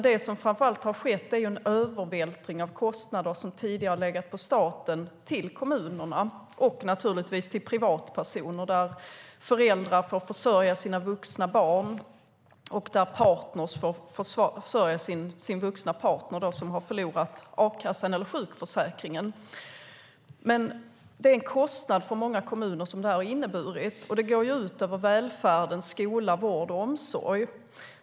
Det som framför allt har skett är en övervältring av kostnader som tidigare legat på staten till kommunerna och naturligtvis till privatpersoner. Föräldrar får försörja sina vuxna barn, och partner får försörja den i paret som har förlorat a-kassan och sjukförsäkringen. Det här har inneburit en kostnad för många kommuner, och det går ut över välfärden - skola, vård och omsorg.